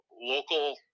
local